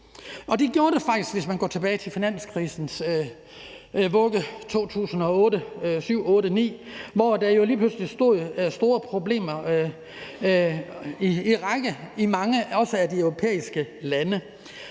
Sådan var det faktisk, hvis man går tilbage til finanskrisens vugge i 2008 og 2009, hvor der jo lige pludselig opstod en række store problemer i mange lande, også de europæiske lande.